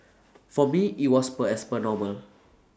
for me IT was per as per normal